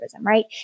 right